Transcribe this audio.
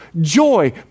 joy